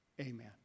amen